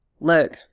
look